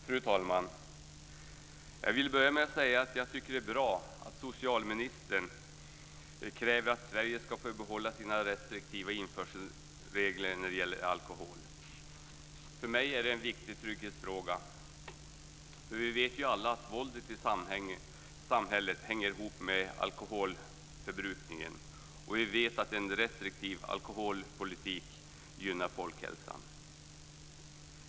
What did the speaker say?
Fru talman! Jag vill börja med att säga att jag tycker att det är bra att socialministern kräver att Sverige ska få behålla sina restriktiva införselregler när det gäller alkohol. För mig är det en viktig trygghetsfråga. Vi vet alla att våldet i samhället hänger ihop med alkoholförbrukningen och vi vet att en restriktiv alkoholpolitik gynnar folkhälsan.